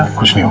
khushi